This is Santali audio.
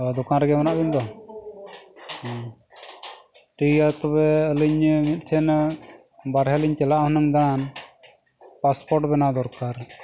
ᱚᱻ ᱫᱚᱠᱟᱱ ᱨᱮᱜᱮ ᱢᱮᱱᱟᱜ ᱵᱤᱱ ᱛᱳ ᱦᱮᱸ ᱴᱷᱤᱠ ᱜᱮᱭᱟ ᱛᱚᱵᱮ ᱟᱹᱞᱤᱧ ᱢᱤᱫ ᱴᱷᱮᱱ ᱵᱟᱨᱦᱮ ᱞᱤᱧ ᱪᱟᱞᱟᱜ ᱦᱩᱱᱟᱹᱝ ᱫᱟᱱ ᱵᱮᱱᱟᱣ ᱫᱚᱨᱠᱟᱨ